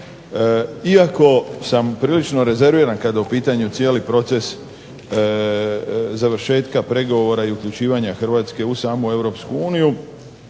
iako sam prilično rezerviran kad je u pitanju cijeli proces završetka pregovora i uključivanje Hrvatske u samu Europsku uniju,